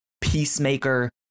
Peacemaker